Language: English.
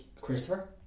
Christopher